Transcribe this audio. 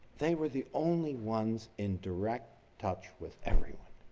they were the only ones in direct touch with everyone.